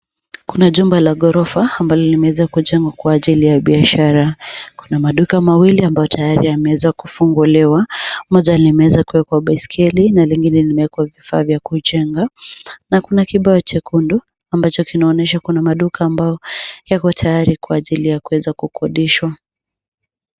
Kuna jumba la ghorofa ambalo limeweza kujengwa kwa ajili ya biashara. Kuna maduka mawili ambayo tayari yameweza kufunguliwa, moja limeweza kuwekwa baiskeli na lingine limewekwa vifaa vya kujenga. Na kuna kibao chekundu ambacho kinaonesha kuna maduka ambayo yako tayari kwa ajili ya kuweza kukodishwa.